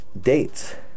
dates